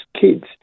kids